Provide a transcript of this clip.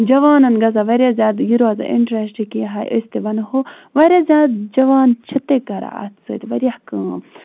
جَوانن گژھان واریاہ زیادٕ یہِ روزان اِنٹرَسٹ کیٚنہہ ہَے أسۍ تہِ وَنہوو واریاہ جَوان چھِ تہِ کران اَتھ سۭتۍ واریاہ کٲم